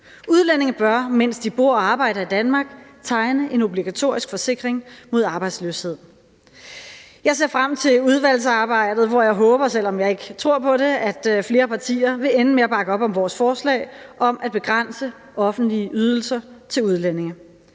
Udlændinge bør, mens de bor og arbejder i Danmark, tegne en obligatorisk forsikring mod arbejdsløshed. Jeg ser frem til udvalgsarbejdet, hvor jeg håber, selv om jeg ikke tror på det, at flere partier vil ende med at bakke op om vores forslag om at begrænse offentlige ydelser til udlændinge.